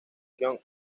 john